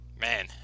man